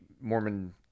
Mormon